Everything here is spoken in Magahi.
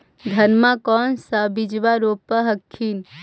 धनमा कौन सा बिजबा रोप हखिन?